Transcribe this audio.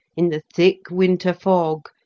in the thick winter fog,